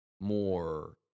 more